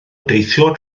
deithio